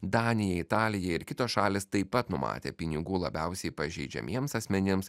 danija italija ir kitos šalys taip pat numatė pinigų labiausiai pažeidžiamiems asmenims